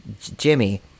Jimmy